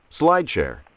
SlideShare